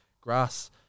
grass